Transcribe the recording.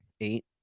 eight